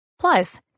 Plus